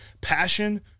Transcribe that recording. Passion